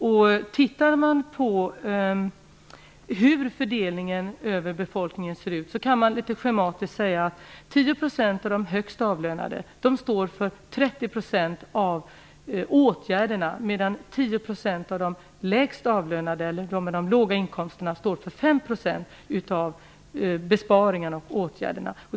Om man studerar fördelningen över befolkningen kan man säga att 10 % av de högst avlönade står för 30 % av åtgärderna, medan 10 % av de lägst avlönade står för 5 % av åtgärderna.